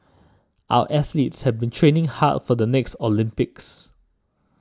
our athletes have been training hard for the next Olympics